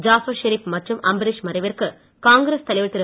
ஜாபர் ஷெரீப் மற்றும் அம்பரீஷ் மறைவிற்கு காங்கிரஸ் தலைவர் திரு